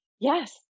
Yes